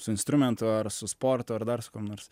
su instrumentu ar su sportu ar dar su kuom nors